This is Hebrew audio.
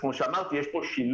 כמו שאמרתי, יש פה שילוב